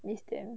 miss them